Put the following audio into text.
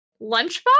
lunchbox